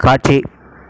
காட்சி